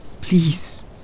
please